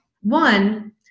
One